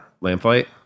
Lamplight